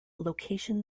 location